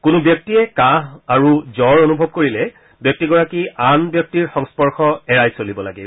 কোনো ব্যক্তিয়ে কাহ আৰু জৰ অনুভৱ কৰিলে ব্যক্তিগৰাকীয়ে আন ব্যক্তিৰ সংস্পৰ্শ এৰাই চলিব লাগিব